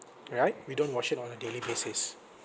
right we don't wash it on a daily basis